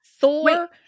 Thor